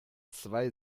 zwei